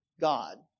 God